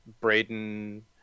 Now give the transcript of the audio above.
Braden